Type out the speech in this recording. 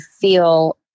feel